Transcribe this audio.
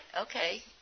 Okay